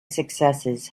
successes